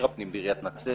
בעיריית נצרת